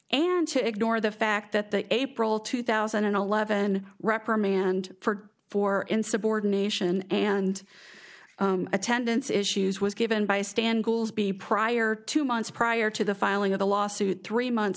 and to ignore the fact that the april two thousand and eleven reprimand for for insubordination and attendance issues was given by stan goolsbee prior two months prior to the filing of the lawsuit three months